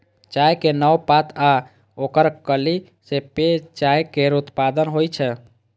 चायक नव पात आ ओकर कली सं पेय चाय केर उत्पादन होइ छै